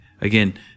again